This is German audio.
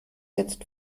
jetzt